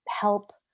help